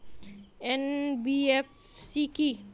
NBFC কী?